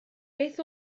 beth